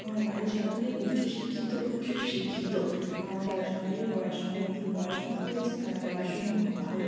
আমার বাড়ির সকলেই উচ্চ শিক্ষিত সুশিক্ষিত তারা সকলেই পড়াশু অনেক দূর পড়াশুনো করেছে তারা পড়াশুনোয় খুব ভালো